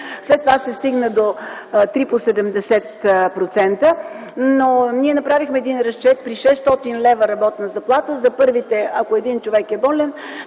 след това се стигна до три по 70%. Ние направихме един разчет – при 600 лв. работна заплата, ако един човек е болен,